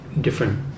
different